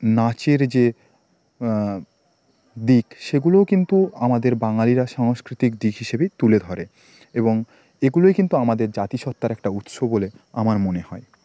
নাচের যে দিক সেগুলোও কিন্তু আমাদের বাঙালিরা সাংস্কৃতিক দিক হিসেবেই তুলে ধরে এবং এগুলোই কিন্তু আমাদের জাতিসত্তার একটা উৎস বলে আমার মনে হয়